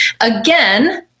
Again